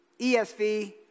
ESV